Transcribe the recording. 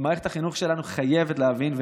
מערכת החינוך שלנו חייבת להבין,